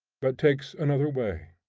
but takes another way.